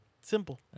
Simple